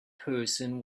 person